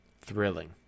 thrilling